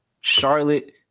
Charlotte